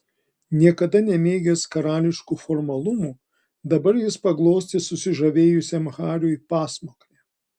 niekada nemėgęs karališkų formalumų dabar jis paglostė susižavėjusiam hariui pasmakrę